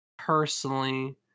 personally